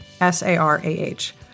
S-A-R-A-H